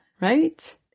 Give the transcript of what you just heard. right